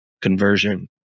conversion